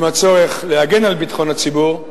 עם הצורך להגן על הציבור,